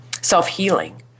self-healing